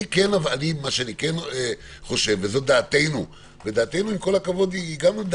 מה שאני כן חושב, וזו דעתנו - יש פה כלי.